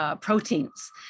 proteins